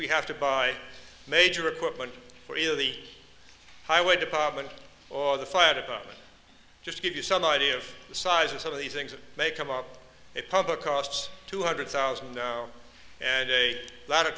we have to buy major equipment for either the highway department or the fire department just give you some idea of the size and some of the things that may come up if public costs two hundred thousand and a lot of